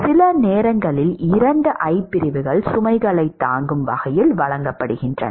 சில நேரங்களில் இரண்டு I பிரிவுகள் சுமைகளைத் தாங்கும் வகையில் வழங்கப்படுகின்றன